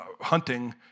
hunting